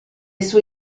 sue